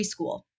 preschool